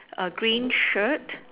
A green shirt